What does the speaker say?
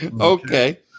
Okay